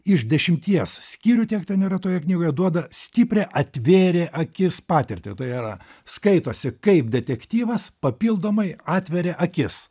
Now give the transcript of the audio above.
iš dešimties skyrių tiek ten yra toje knygoje duoda stiprią atvėrė akis patirtį tai yra skaitosi kaip detektyvas papildomai atveria akis